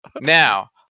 Now